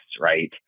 right